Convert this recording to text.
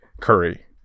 Curry